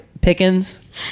pickens